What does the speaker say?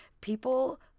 people